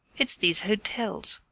it's these hotels.